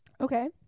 Okay